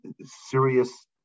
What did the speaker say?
serious